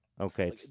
okay